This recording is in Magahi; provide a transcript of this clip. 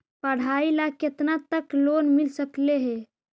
पढाई ल केतना तक लोन मिल सकले हे?